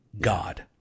God